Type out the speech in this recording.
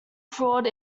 fraud